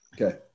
Okay